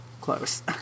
close